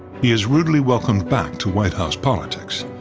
he is rudely welcomed back to white house politics.